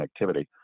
connectivity